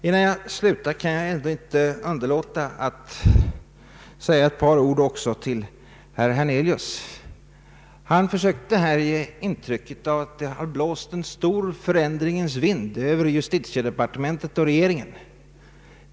Innan jag slutar kan jag ändå inte underlåta att säga ett par ord också till herr Hernelius. Han försökte ge intrycket av att det blåst en stor förändringens vind över justitiedepartementet och regeringen.